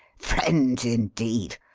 friends, indeed!